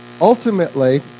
Ultimately